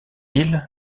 île